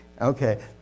Okay